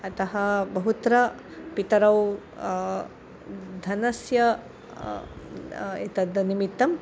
अतः बहुत्र पितरौ धनस्य तद् निमित्तम्